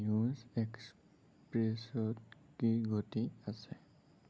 news এক্সপ্ৰেছত কি ঘটি আছে